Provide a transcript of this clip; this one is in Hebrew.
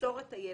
"למסור את הילד",